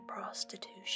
prostitution